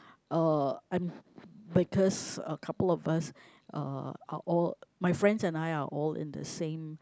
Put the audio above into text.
uh I'm because a couple of us uh are all my friends and I are all in the same